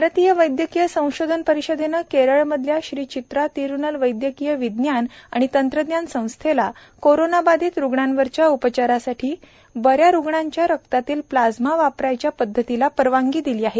भारतीय वैद्यकीय संशोधन परिषदेनं केरळमधल्या श्री चित्रा तिरुनल वैद्यदीय विज्ञान आणि तंत्रज्ञान संस्थेला कोरोनाबाधित रुग्णांवरच्या उपचारासाठी बऱ्या रुग्णांच्या रक्तातील प्लाझमा वापरायच्या पद्धतीला परवानगी दिली आहे